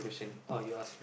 oh you ask